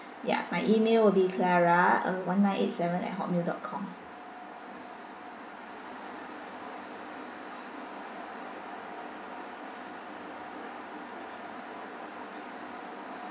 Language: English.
ya my email will be clara uh one nine eight seven at hotmail dot com